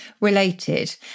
related